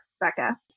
Becca